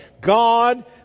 God